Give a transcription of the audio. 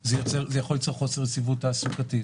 זה יכול ליצור חוסר יציבות תעסוקתית,